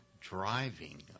driving